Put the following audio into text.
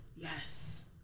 Yes